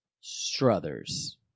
Struthers